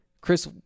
Chris